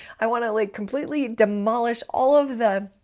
i wanna like completely demolish all of the